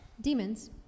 Demons